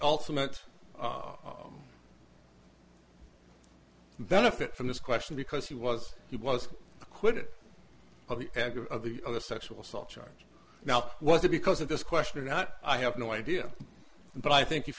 ultimate benefit from this question because he was he was acquitted of the other sexual assault charge now was it because of this question or not i have no idea but i think if